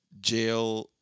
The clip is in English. jail